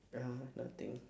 ya nothing